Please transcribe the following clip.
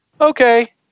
okay